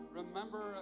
remember